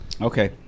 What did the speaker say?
Okay